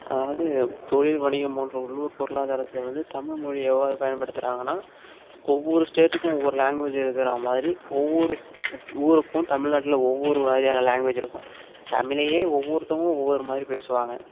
அதாவது தொழில் வணிகம் போன்ற உள்ளூர் பொருளாதாரத்தில் வந்து தமிழ் மொழி எவ்வாறு பயன்படுத்துகிறாங்கனா ஒவ்வொரு ஸ்டேட்டுக்கும் ஒவ்வொரு லாங்குவேஜ் இருக்கிறா மாதிரி ஒவ்வொரு ஊருக்கும் தமிழ்நாட்டில் ஒவ்வொரு வகையான லாங்குவேஜ் இருக்கும் தமிழையே ஒவ்வொருத்தவர்களும் ஒவ்வொரு மாதிரி பேசுவாங்க